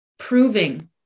Proving